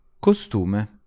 Costume